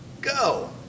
Go